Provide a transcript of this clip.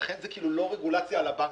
לכן זו לא רגולציה על הבנקים.